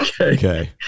Okay